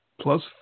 Plus